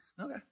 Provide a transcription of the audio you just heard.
Okay